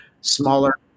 smaller